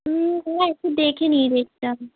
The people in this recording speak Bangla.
একটু দেখে নিই ডেটটা